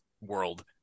world